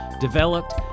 developed